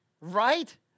right